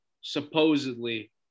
supposedly